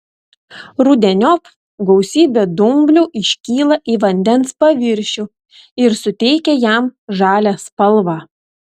rudeniop gausybė dumblių iškyla į vandens paviršių ir suteikia jam žalią spalvą